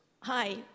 Hi